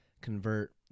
convert